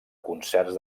concerts